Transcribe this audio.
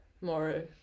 more